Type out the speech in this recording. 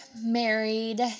married